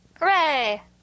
Hooray